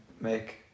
make